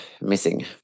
missing